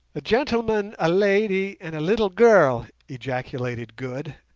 a gentleman, a lady, and a little girl ejaculated good,